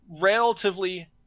relatively